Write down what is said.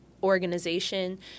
organization